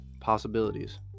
possibilities